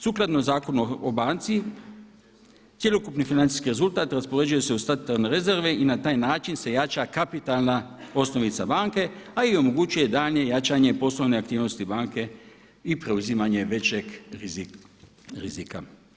Sukladno Zakonu o banci cjelokupni financijski rezultat raspoređuje se u statutarne rezerve i na taj način se jača kapitalna osnovica banke a i omogućuje daljnje jačanje poslovne aktivnosti banke i preuzimanje većeg rizika.